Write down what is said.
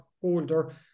holder